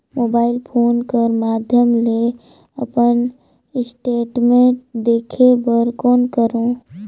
Mobile phone कर माध्यम ले अपन स्टेटमेंट देखे बर कौन करों?